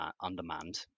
on-demand